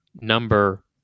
number